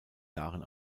jahren